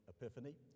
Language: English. Epiphany